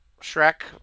Shrek